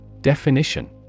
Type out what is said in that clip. Definition